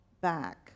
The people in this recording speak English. back